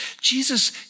Jesus